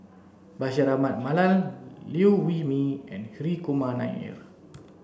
Bashir Ahmad Mallal Liew Wee Mee and Hri Kumar Nair